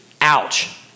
Ouch